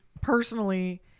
personally